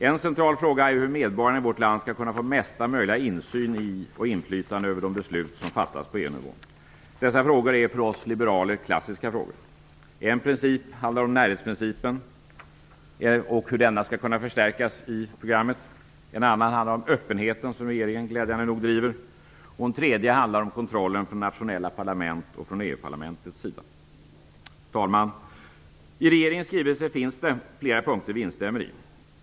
En central fråga gäller hur medborgarna i vårt land skall kunna få mesta möjliga insyn i och inflytande över de beslut som fattas på EU-nivån. Dessa frågor är för oss liberaler klassiska. En fråga handlar om närhetspricipen och om hur denna skall kunna förstärkas i programmet. En annan fråga handlar om öppenheten, något som regeringen glädjande nog driver. En tredje fråga handlar om kontrollen från de nationella parlamentens och EU-parlametets sida. Fru talman! I regeringens skrivelse finns det flera punkter som vi instämmer i.